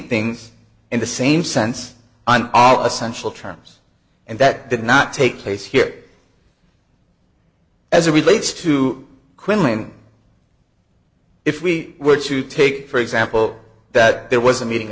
things in the same sense on all essential terms and that did not take place here as a relates to quinlan if we were to take for example that there was a meeting